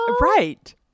Right